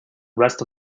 rest